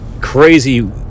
crazy